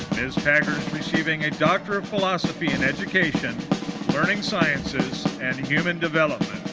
is receiving a doctor of philosophy in education learning sciences and human development.